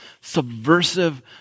subversive